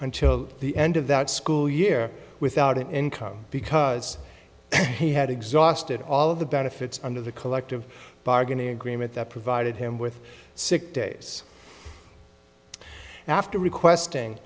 until the end of that school year without income because he had exhausted all of the benefits under the collective bargaining agreement that provided him with sick days after requesting